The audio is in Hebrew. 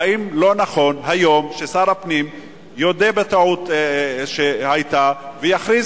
האם לא נכון היום ששר הפנים יודה בטעות שהיתה ויכריז